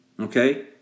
Okay